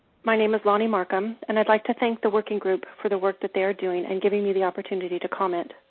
my name is lonnie markham, and i'd like to thank the working group for the work that they are doing and giving me the opportunity to comment.